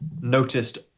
noticed